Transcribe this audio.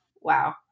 wow